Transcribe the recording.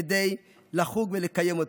כדי לחוג ולקיים אותו.